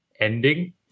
Ending